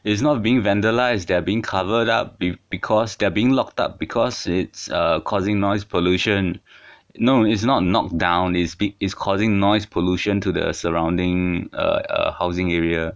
it's not being vandalised they are being covered up be~ because they're being locked up because it's uh causing noise pollution no it's not knocked down it's be~ it's causing noise pollution to the surrounding uh uh housing area